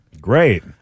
Great